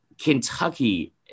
Kentucky